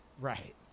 Right